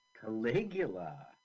Caligula